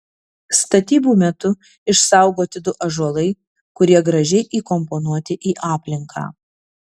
statybų metu išsaugoti du ąžuolai kurie gražiai įkomponuoti į aplinką